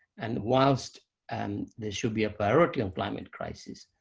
and whilst and there should be a priority on climate crisis,